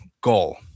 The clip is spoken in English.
goal